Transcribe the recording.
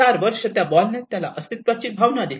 4 वर्षे त्या बॉलने त्याला अस्तित्वाची भावना दिली